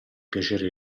piacere